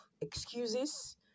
excuses